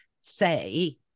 say